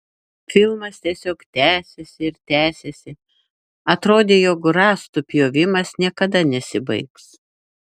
filmas tiesiog tęsėsi ir tęsėsi atrodė jog rąstų pjovimas niekada nesibaigs